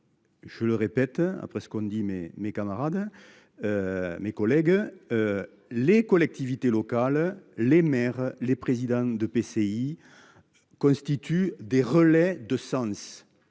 Je le répète après ce qu'ont dit mes mes camarades. Mes collègues. Les collectivités locales, les maires, les présidents d'EPCI. Constituent des relais de sens.